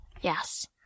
Yes